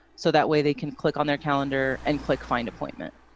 so that way they can click on their calendar and click find appointment.